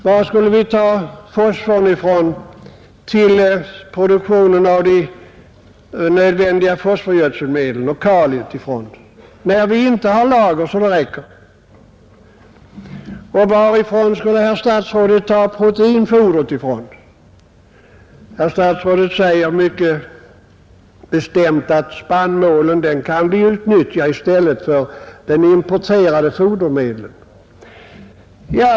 Varifrån skulle vi ta fosforn till produktionen av de nödvändiga fosforgödselmedlen och varifrån skulle vi ta kaliet, när vi inte har lager så det räcker? Och varifrån skulle herr statsrådet ta proteinfodret? Herr statsrådet säger mycket betämt att spannmålen kan vi utnyttja i stället för de importerade fodermedlen.